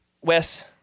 wes